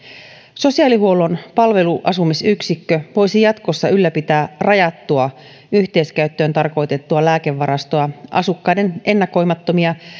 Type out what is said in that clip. sosiaalihuollon palveluasumisyksikkö voisi jatkossa ylläpitää rajattua yhteiskäyttöön tarkoitettua lääkevarastoa asukkaiden ennakoimattomia